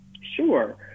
Sure